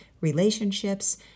relationships